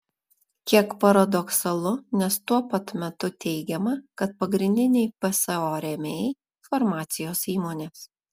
kiek paradoksalu nes tuo pat metu teigiama kad pagrindiniai pso rėmėjai farmacijos įmonės